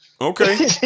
Okay